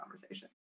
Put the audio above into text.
conversation